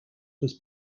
was